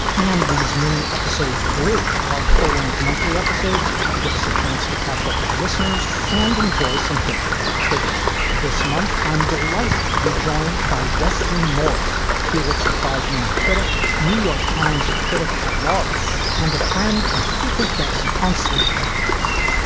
and these mini episodes bridge are full length monthly episodes give us a chance to catch up with listeners and enjoy some hit parade trivia this month. i'm delighted to be joined by wesley morris, pulitzer prize winning critic, new york times critic at large and a friend and frequent guest on sleep. podcasts.